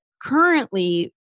currently